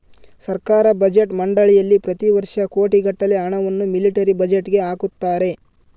ಸರ್ಕಾರ ಬಜೆಟ್ ಮಂಡಳಿಯಲ್ಲಿ ಪ್ರತಿ ವರ್ಷ ಕೋಟಿಗಟ್ಟಲೆ ಹಣವನ್ನು ಮಿಲಿಟರಿ ಬಜೆಟ್ಗೆ ಹಾಕುತ್ತಾರೆ